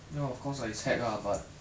ya of course is hag ah but